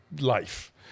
life